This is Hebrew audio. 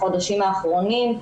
בחודשים האחרונים.